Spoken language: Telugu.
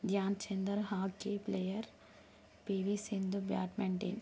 Dhyan Chander hockey player PV Sindhu badminton